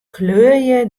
kleurje